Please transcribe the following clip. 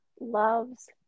loves